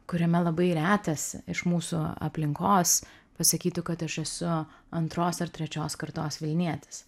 kuriame labai retas iš mūsų aplinkos pasakytų kad aš esu antros ar trečios kartos vilnietis